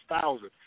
thousand